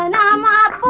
ah la la